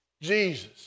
Jesus